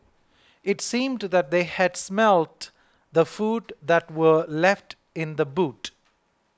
it seemed that they had smelt the food that were left in the boot